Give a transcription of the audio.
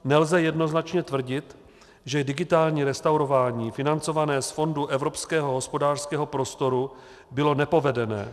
Nelze jednoznačně tvrdit, že digitální restaurování financované z fondu Evropského hospodářského prostoru bylo nepovedené.